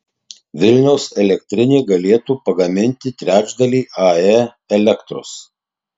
vilniaus elektrinė galėtų pagaminti trečdalį ae elektros